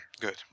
Good